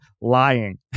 lying